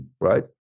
right